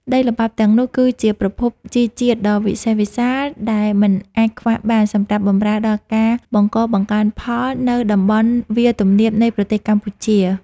ដីល្បាប់ទាំងនោះគឺជាប្រភពជីជាតិដ៏វិសេសវិសាល ដែលមិនអាចខ្វះបានសម្រាប់បម្រើដល់ការបង្កបង្កើនផលនៅតំបន់វាលទំនាបនៃប្រទេសកម្ពុជា។